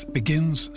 begins